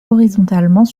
horizontalement